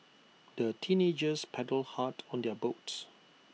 the teenagers paddled hard on their boat